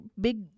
big